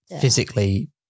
physically